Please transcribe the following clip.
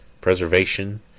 preservation